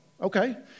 Okay